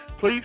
Please